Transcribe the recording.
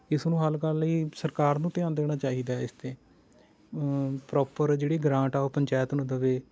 ਇਸ ਨੂੰ ਹੱਲ ਕਰਨ ਲਈ ਸਰਕਾਰ ਨੂੰ ਧਿਆਨ ਦੇਣਾ ਚਾਹੀਦਾ ਹੈ ਇਸ 'ਤੇ ਪਰੋਪਰ ਜਿਹੜੀ ਗਰਾਂਟ ਆ ਉਹ ਪੰਚਾਇਤ ਨੂੰ ਦੇਵੇ